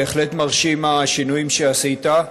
בהחלט מרשימים, השינויים שעשית.